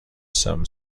some